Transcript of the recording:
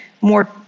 more